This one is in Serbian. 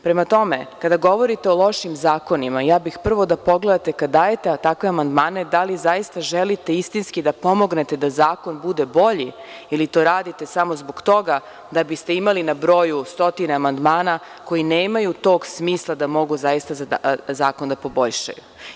Prema tome, kada govorite o lošim zakonima, prvo bih da pogledate, kada dajete takve amandmane, da li zaista želite istinski da pomognete da zakon bude bolji ili to radite samo zbog toga da biste imali na broju stotine amandmana koji nemaju tog smisla da mogu zakon da poboljšaju.